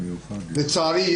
לצערי,